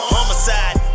Homicide